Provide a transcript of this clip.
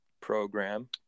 program